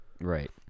Right